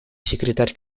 секретарь